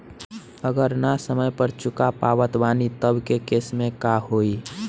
अगर ना समय पर चुका पावत बानी तब के केसमे का होई?